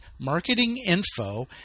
marketinginfo